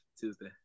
Tuesday